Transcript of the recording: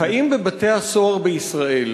האם בבתי-הסוהר בישראל